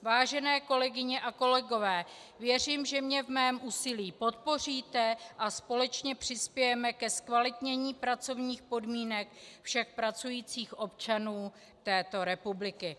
Vážené kolegyně a kolegové, věřím, že mě v mém úsilí podpoříte a společně přispějeme ke zkvalitnění pracovních podmínek všech pracujících občanů této republiky.